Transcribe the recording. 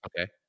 Okay